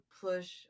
push